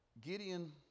Gideon